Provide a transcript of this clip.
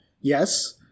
yes